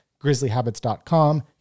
grizzlyhabits.com